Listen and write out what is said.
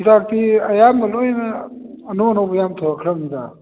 ꯍꯤꯗꯥꯛꯇꯤ ꯑꯌꯥꯝꯕ ꯂꯣꯏꯅ ꯑꯅꯧ ꯑꯅꯧꯕ ꯌꯥꯝ ꯊꯣꯛꯈ꯭ꯔꯕꯅꯤꯗ